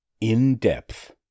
In-depth